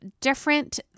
different